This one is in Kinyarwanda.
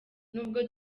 nubwo